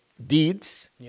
Deeds